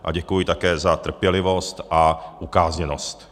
A děkuji také za trpělivost a ukázněnost.